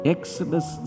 Exodus